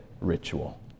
ritual